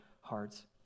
hearts